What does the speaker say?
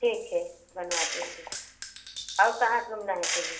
ठीक है बनवा देंगे और कहाँ घूमना है तुम्हें